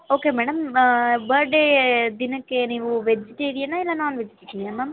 okay madam birthday ದಿನಕ್ಕೆ ನೀವು vegetarian ಇಲ್ಲ ನಾನ್ ವೆಜಿಟೇರಿಯನ ಮ್ಯಾಮ್